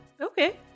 Okay